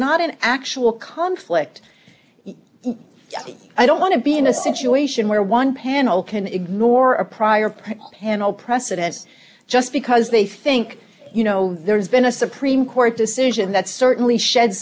not an actual conflict i don't want to be in a situation where one panel can ignore a prior panel precedents just because they think you know there's been a supreme court decision that certainly shed